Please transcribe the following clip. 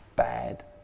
Bad